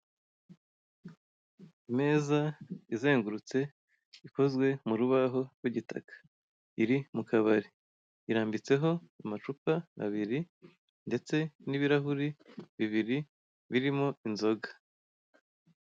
Imeza izengurutse ikozwe mu rubaho rw'igitaka iri mu kabari irambitseho amacupa abiri ndetse n'ibirahuri bibiri birimo inzoga.